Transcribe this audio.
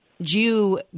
Jew